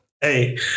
Hey